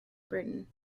burton